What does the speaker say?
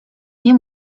nie